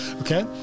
Okay